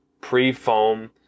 pre-foam